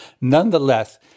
Nonetheless